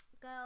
go